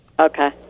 Okay